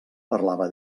parlava